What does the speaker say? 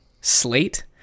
slate